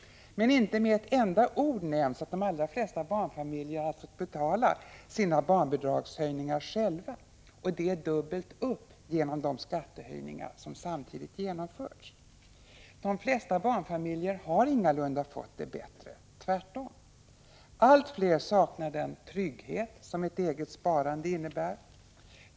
Men inte med ett enda ord nämns att de allra flesta barnfamiljer har fått betala sina barnbidragshöjningar själva, och det dubbelt upp genom de skattehöjningar som samtidigt genomförts. De flesta barnfamiljer har ingalunda fått det bättre, tvärtom. Allt fler saknar den trygghet som ett eget sparande innebär.